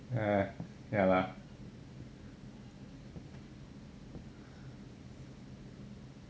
ya lah